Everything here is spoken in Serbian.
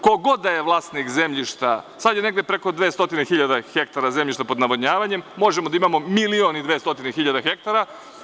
Ko god da je vlasnik zemljišta, sad je negde preko 200 hiljada hektara zemljišta pod navodnjavanjem, možemo da imamo milion i 200 hiljada hektara.